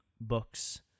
books